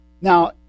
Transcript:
Now